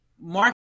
Mark